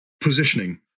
positioning